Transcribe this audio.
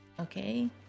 Okay